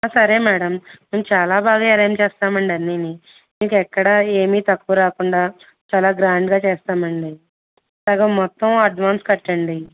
ఆ సరే మేడం మేము చాలా బాగా ఏరెంజ్ చేస్తాము అండి అన్నీ మీకు ఎక్కడా ఏమీ తక్కువ రాకుండా చాలా గ్రాండ్గా చేస్తాము అండి సగం మొత్తం అడ్వాన్స్ కట్టండి